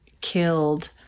killed